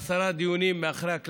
עשרה דיונים מאחורי הקלעים.